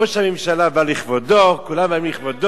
ראש הממשלה בא לכבודו, כולם באים לכבודו.